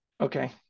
Okay